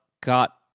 got